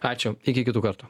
ačiū iki kitų kartų